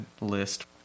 list